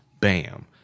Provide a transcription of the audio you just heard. Bam